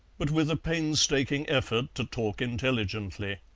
but with a painstaking effort to talk intelligently.